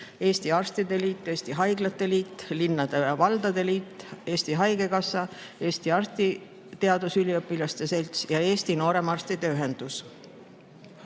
Eesti Arstide Liit, Eesti Haiglate Liit, Eesti Linnade ja Valdade Liit, Eesti Haigekassa, Eesti Arstiteadusüliõpilaste Selts ja Eesti Nooremarstide Ühendus.